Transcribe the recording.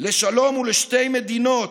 לשלום ולשתי מדינות,